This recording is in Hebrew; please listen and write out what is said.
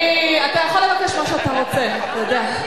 אתה יכול לבקש מה שאתה רוצה, אתה יודע.